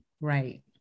right